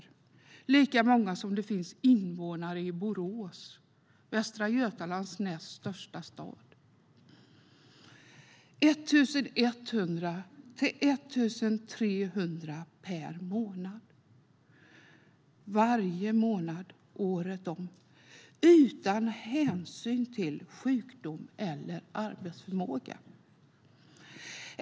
Det är lika många som det finns invånare i Borås, Västra Götalands näst största stad. Det handlar om 1 100-1 300 per månad, varje månad året om utan hänsyn till sjukdom eller arbetsförmåga.